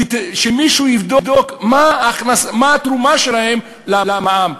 שמישהו יבדוק מה התרומה שלהם למע"מ.